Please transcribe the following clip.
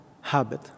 habit